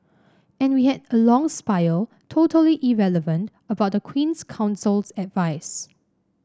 and we had a long spiel totally irrelevant about the Queen's Counsel's advice